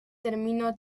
terminó